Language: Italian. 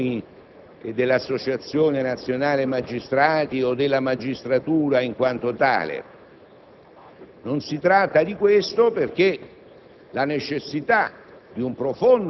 di un cedimento alle pressioni dell'Associazione nazionale magistrati o della magistratura in quanto tale. Non si tratta di questo, perché